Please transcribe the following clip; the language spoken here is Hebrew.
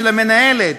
של המנהלת,